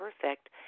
perfect